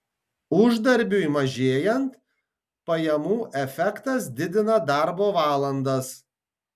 uždarbiui mažėjant pajamų efektas didina darbo valandas